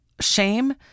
shame